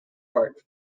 part